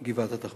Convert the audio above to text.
אם זה שמורת טבע,